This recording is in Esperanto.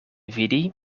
vidi